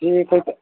ठीक हइ तऽ